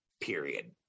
period